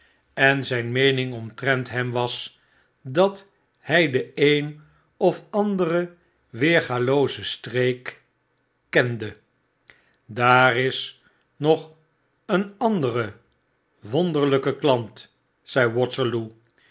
en zyn meening omtrent hem was dat hij de een of andere weergalooze streek kende daar is nog een andere wonderlpe klant zei waterloo